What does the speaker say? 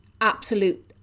absolute